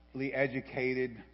educated